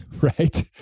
right